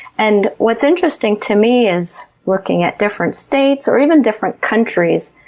and what's interesting to me is looking at different states, or even different countries.